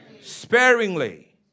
Sparingly